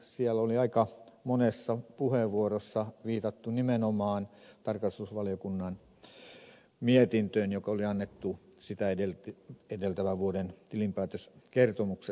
siellä oli aika monessa puheenvuorossa viitattu nimenomaan tarkastusvaliokunnan mietintöön joka oli annettu sitä edeltävän vuoden tilinpäätöskertomuksesta